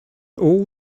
all